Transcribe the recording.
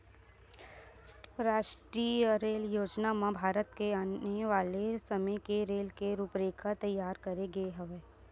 रास्टीय रेल योजना म भारत के आने वाले समे के रेल के रूपरेखा तइयार करे गे हवय